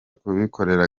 kubikorera